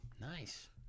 Nice